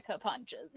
punches